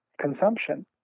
consumption